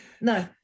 No